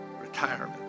retirement